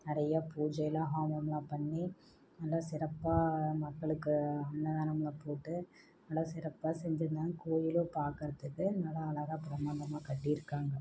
நிறையா பூஜையெல்லாம் ஹோமமெலாம் பண்ணி நல்ல சிறப்பாக மக்களுக்கு அன்னதானமெலாம் போட்டு நல்ல சிறப்பாக செஞ்சுருந்தாங்க கோவிலே பார்க்குறதுக்கு நல்ல அழகாக பிரம்மாண்டமாக கட்டியிருக்காங்க